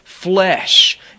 flesh